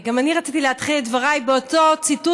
גם אני רציתי להתחיל את דבריי באותו ציטוט